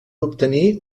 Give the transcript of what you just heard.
obtenir